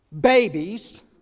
Babies